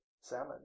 salmon